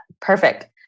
Perfect